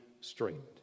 straightened